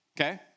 Okay